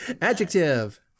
Adjective